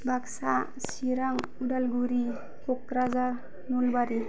Baksa Chirang Udalguri Kokrajhar Nalbari